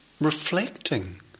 reflecting